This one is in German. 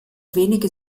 wenige